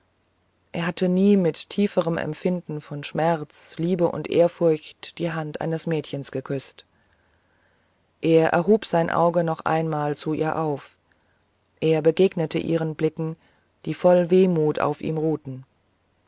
er hat nie mit tieferen empfindungen von schmerz liebe und ehrfurcht die hand eines mädchens geküßt er erhob sein auge noch einmal zu ihr auf er begegnete ihren blicken die voll wehmut auf ihm ruhten